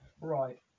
Right